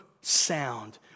sound